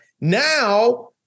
Now